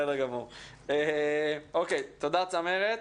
תודה, צמרת.